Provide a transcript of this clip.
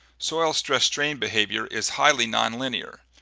soil stress-strain behavior is highly non-linear.